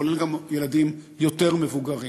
זה כולל גם ילדים יותר מבוגרים.